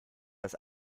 das